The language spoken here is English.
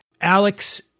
Alex